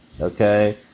Okay